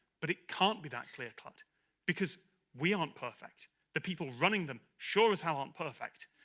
but it can't be that clear-cut because we aren't perfect the people running them sure as hell aren't perfect